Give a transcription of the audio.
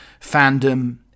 fandom